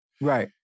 Right